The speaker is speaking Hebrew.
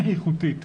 איכותית.